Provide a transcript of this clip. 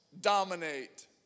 dominate